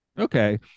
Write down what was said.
Okay